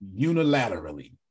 unilaterally